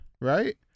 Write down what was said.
right